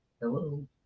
Hello